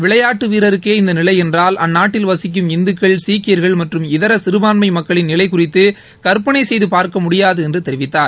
விளையாட்டு வீரருக்கே இந்த நிலை என்றால் அந்நாட்டில் வசிக்கும் இந்துக்கள் சீக்கியா்கள் மற்றும் இதர சிறுபான்மை மக்களின் நிலை குறித்து கற்பனை செய்து பார்க்க முடியாது என்று தெரிவித்தார்